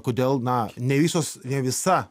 kodėl na ne visos ne visa